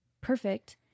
perfect